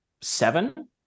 seven